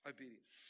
Obedience